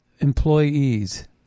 employees